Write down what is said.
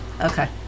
okay